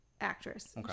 actress